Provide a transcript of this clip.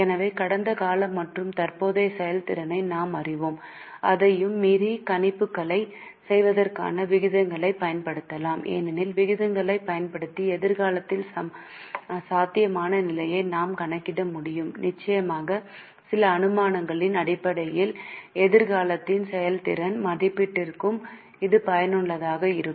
எனவே கடந்த கால மற்றும் தற்போதைய செயல்திறனை நாம் அறிவோம் அதையும் மீறி கணிப்புகளைச் செய்வதற்கான விகிதங்களைப் பயன்படுத்தலாம் ஏனெனில் விகிதங்களைப் பயன்படுத்தி எதிர்காலத்தில் சாத்தியமான நிலையை நாம் கணக்கிட முடியும் நிச்சயமாக சில அனுமானங்களின் அடிப்படையில் எதிர்காலத்தின் செயல்திறன் மதிப்பீட்டிற்கும் இது பயனுள்ளதாக இருக்கும்